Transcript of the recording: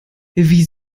wie